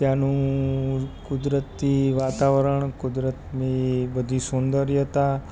ત્યાંનું કુદરતી વાતાવરણ કુદરતની બધી સૌંદર્યતા